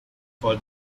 for